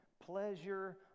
pleasure